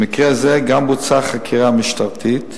במקרה זה גם בוצעה חקירה משטרתית.